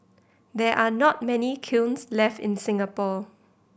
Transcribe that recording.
there are not many kilns left in Singapore